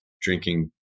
drinking